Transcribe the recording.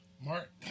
Mark